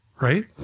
right